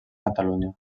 catalunya